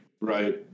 Right